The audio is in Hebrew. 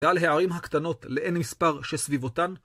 ועל הערים הקטנות לאין מספר שסביבותן.